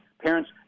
parents